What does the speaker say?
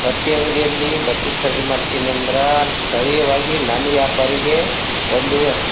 ಬಟ್ಟೆ ಅಂಗಡಿಯಲ್ಲಿ ಬಟ್ಟೆ ಖರೀದಿ ಮಾಡ್ತೀನಿ ಅಂದ್ರೆ ಸ್ಥಳೀಯವಾಗಿ ನನ್ನ ವ್ಯಾಪಾರಿಗೆ ಒಂದು